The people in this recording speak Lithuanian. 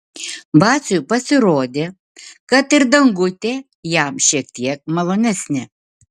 vaciui pasirodė kad ir dangutė jam šiek tiek malonesnė